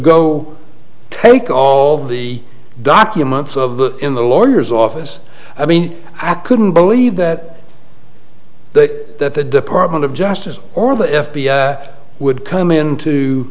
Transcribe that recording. go take all the documents of that in the lawyer's office i mean i couldn't believe that that that the department of justice or the f b i would come into